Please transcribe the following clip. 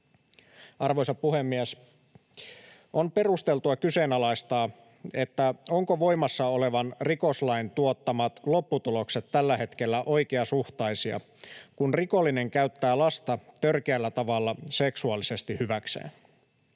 Arvoisa puhemies! On perusteltua kyseenalaistaa, ovatko voimassa olevan rikoslain tuottamat lopputulokset tällä hetkellä oikeasuhtaisia, kun rikollinen käyttää lasta törkeällä tavalla seksuaalisesti hyväkseen.